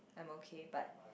I'm okay but